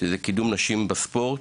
של קידום נשים בספורט,